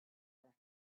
her